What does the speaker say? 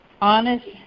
honest